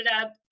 up